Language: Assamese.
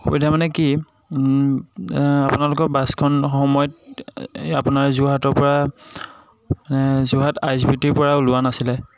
অসুবিধা মানে কি আপোনালোকৰ বাছখন সময়ত এই আপোনাৰ যোৰহাটৰ পৰা Jorhat I S B T ৰ পৰা ওলোৱা নাছিলে